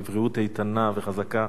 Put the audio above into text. בבריאות איתנה וחזקה.